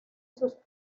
sus